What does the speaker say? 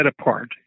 apart